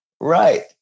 right